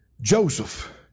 Joseph